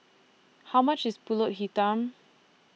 How much IS Pulut Hitam